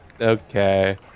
Okay